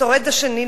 לשורד השני,